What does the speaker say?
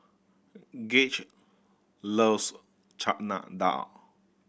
Gage loves Chana Dal